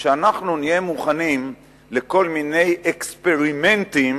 שאנחנו נהיה מוכנים לכל מיני אקספרימנטים